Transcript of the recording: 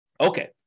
Okay